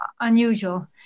unusual